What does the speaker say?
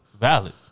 Valid